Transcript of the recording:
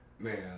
Man